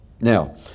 Now